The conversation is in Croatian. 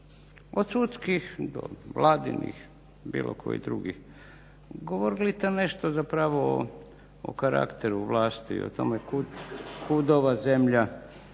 od sudskih do vladinih, bilo kojih drugih. Govorili ste nešto zapravo o karakteru vlasti i o tome kud ova zemlja